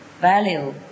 value